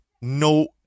No